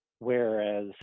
Whereas